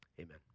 Amen